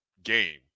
game